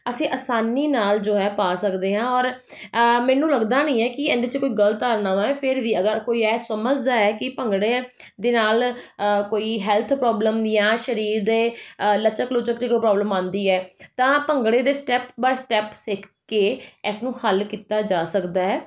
ਅਸੀਂ ਆਸਾਨੀ ਨਾਲ ਜੋ ਹੈ ਪਾ ਸਕਦੇ ਹਾਂ ਔਰ ਮੈਨੂੰ ਲੱਗਦਾ ਨਹੀਂ ਹੈ ਕਿ ਇਹਦੇ 'ਚ ਕੋਈ ਗਲਤ ਧਾਰਨਾਵਾਂ ਹੈ ਫਿਰ ਵੀ ਅਗਰ ਕੋਈ ਇਹ ਸਮਝਦਾ ਹੈ ਕਿ ਭੰਗੜੇ ਦੇ ਨਾਲ ਕੋਈ ਹੈਲਥ ਪ੍ਰੋਬਲਮ ਜਾਂ ਸਰੀਰ ਦੇ ਲਚਕ ਲੁਚਕ 'ਚ ਕੋਈ ਪ੍ਰੋਬਲਮ ਆਉਂਦੀ ਹੈ ਤਾਂ ਭੰਗੜੇ ਦੇ ਸਟੈਪ ਬਾਏ ਸਟੈਪ ਸਿੱਖ ਕੇ ਇਸ ਨੂੰ ਹੱਲ ਕੀਤਾ ਜਾ ਸਕਦਾ ਹੈ